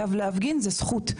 כי להפגין זו זכות.